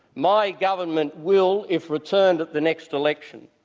my government will, if returned at the next election,